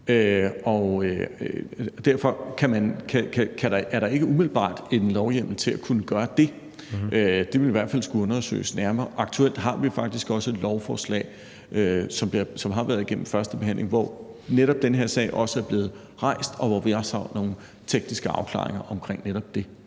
og derfor er der ikke umiddelbart en lovhjemmel til at kunne gøre det. Det ville i hvert fald skulle undersøges nærmere. Aktuelt har vi faktisk også et lovforslag, som har været igennem første behandling, hvor netop den her sag også er blevet rejst, og hvor vi også har nogle tekniske afklaringer omkring netop det.